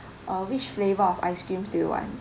uh which flavor of ice cream do you want